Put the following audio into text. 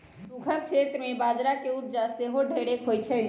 सूखक क्षेत्र में बजरा के उपजा सेहो ढेरेक होइ छइ